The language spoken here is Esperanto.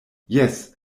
jes